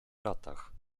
latach